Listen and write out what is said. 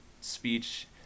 speech